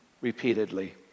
repeatedly